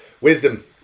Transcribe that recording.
wisdom